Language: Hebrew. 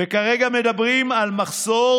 וכרגע מדברים על מחסור